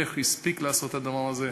איך הספיק לעשות את הדבר הזה?